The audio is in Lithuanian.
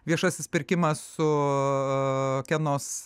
viešasis pirkimas su kenos